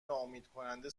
ناامیدکننده